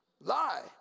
lie